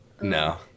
No